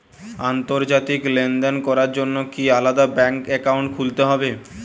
আন্তর্জাতিক লেনদেন করার জন্য কি আলাদা ব্যাংক অ্যাকাউন্ট খুলতে হবে?